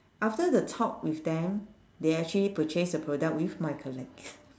after the talk with them they actually purchased the product with my colleague